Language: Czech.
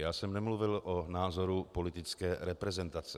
Já jsem nemluvil o názoru politické reprezentace.